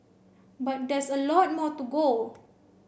but there's a lot more to go